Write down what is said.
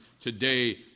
today